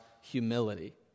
humility